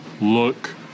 look